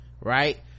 right